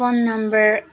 phone number